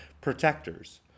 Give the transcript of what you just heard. protectors